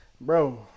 bro